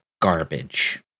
garbage